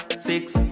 six